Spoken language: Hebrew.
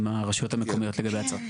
עם הרשויות המקומיות לגבי הצו.